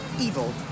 evil